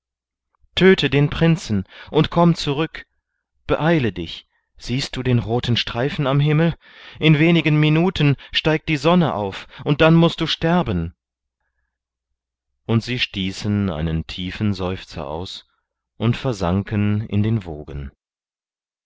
töte den prinzen und komm zurück beeile dich siehst du den roten streifen am himmel in wenigen minuten steigt die sonne auf und dann mußt du sterben und sie stießen einen tiefen seufzer aus und versanken in die wogen